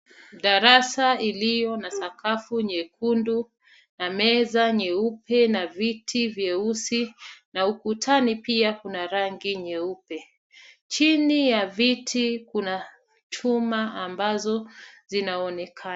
Darasa iliyo na sakafu nyekundu ,na meza nyeupe na viti, vyeusi na ukutani pia Kuna rangi nyeupe. chini ya viti kuna chuma ambazo zinaonekana.